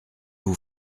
vous